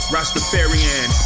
Rastafarian